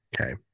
Okay